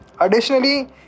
Additionally